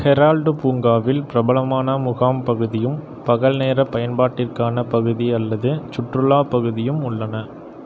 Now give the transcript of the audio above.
Herald பூங்காவில் பிரபலமான முகாம் பகுதியும் பகல்நேர பயன்பாட்டிற்கான பகுதி அல்லது சுற்றுலாப் பகுதியும் உள்ளன